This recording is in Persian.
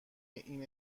این